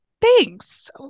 thanks